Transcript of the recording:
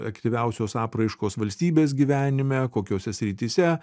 aktyviausios apraiškos valstybės gyvenime kokiose srityse